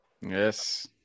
Yes